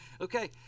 Okay